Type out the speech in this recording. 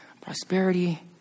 prosperity